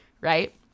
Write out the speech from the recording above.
right